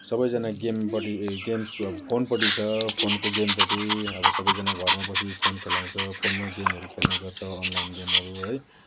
सबैजना गेमपट्टि ए गेम्समा फोनपट्टि छ फोनको गेमपट्टि अब सबैजना घरमा बसी फोन खेलाउँछ फोनमा गेमहरू खेलाउने गर्छ अनलाइन गेमहरू